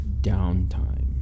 downtime